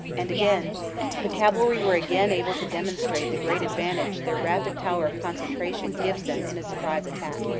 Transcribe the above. and again the cavalry were again able to demonstrate the great advantage their rapid power of con centration gives them in a surprise attack.